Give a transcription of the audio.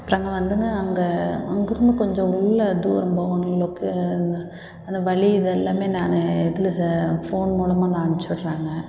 அப்புறம்ங்க வந்துங்க அங்கே அங்கேருந்து கொஞ்சம் உள்ள தூரம் போகணும் அந்த வழி இதெல்லாமே நான் இதில் ச ஃபோன் மூலமாக நான் அனுப்ச்சிவிட்றங்க